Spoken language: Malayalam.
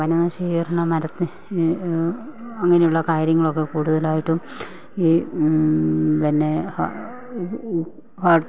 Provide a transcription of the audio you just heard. വനനശീകരണം നടത്തി അങ്ങനെയുള്ള കാര്യങ്ങളൊക്കെ കൂടുതലായിട്ടും ഈ പിന്നെ